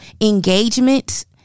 Engagement